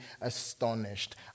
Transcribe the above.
astonished